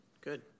Good